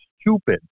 stupid